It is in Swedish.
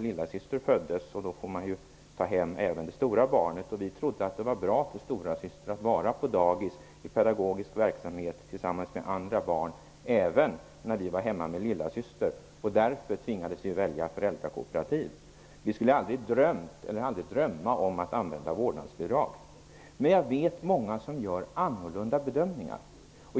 lillasyster föddes, och då skall man ju ha även det stora barnet hemma. Vi trodde att det var bra för storasyster att vara på dagis i pedagogisk verksamhet tillsammans med andra barn även när vi var hemma med lillasyster. Därför tvingades vi att välja föräldrakooperativ. Vi skulle aldrig ha drömt om att använda oss av vårdnadsbidrag. Men jag vet många som gör annorlunda bedömningar.